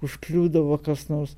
užkliūdavo kas nors